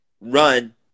run